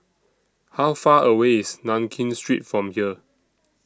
How Far away IS Nankin Street from here